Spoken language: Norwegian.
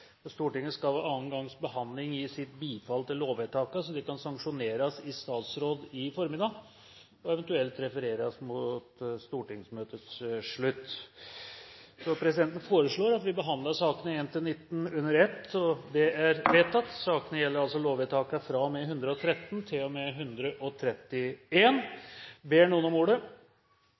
budsjett. Stortinget skal ved annen gangs behandling gi sitt bifall til lovvedtakene, slik at de kan sanksjoneres i statsråd i formiddag og eventuelt refereres mot stortingsmøtets slutt. Presidenten foreslår at vi behandler sakene nr. 1–19 under ett. – Det er vedtatt. Ingen har bedt om ordet